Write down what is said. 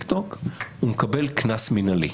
- מקבל קנס מינהלי.